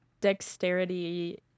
Dexterity